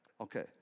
Okay